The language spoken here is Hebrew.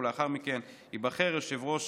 ולאחר מכן ייבחר יושב-ראש